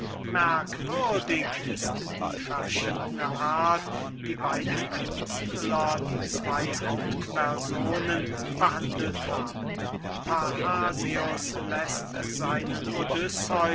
merkwürdig ist die verschiedene art wie beide künstler die zwey hauptpersonen behandelt haben parrhasius läßt seinen